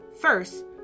First